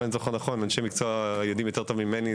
אם אני זוכר נכון ואנשי המקצוע יודעים יותר טוב ממני,